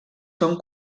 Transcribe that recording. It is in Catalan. són